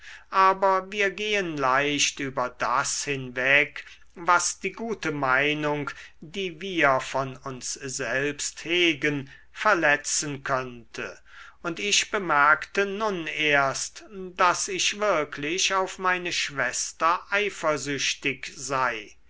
aber wir gehen leicht über das hinweg was die gute meinung die wir von uns selbst hegen verletzen könnte und ich bemerkte nun erst daß ich wirklich auf meine schwester eifersüchtig sei